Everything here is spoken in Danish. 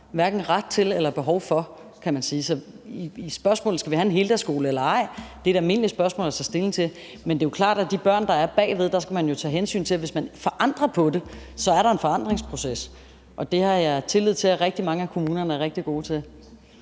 har ret til eller behov for, kan man sige. Så spørgsmålet om, om vi skal have en heldagsskole eller ej, er et almindeligt spørgsmål at tage stilling til, men det er jo klart, at man skal tage hensyn til de børn, der er bagved, hvis man laver en forandring. Så er der en forandringsproces, og den har jeg tillid til rigtig mange af kommunerne er rigtig gode til